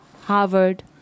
Harvard